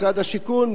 משרד השיכון,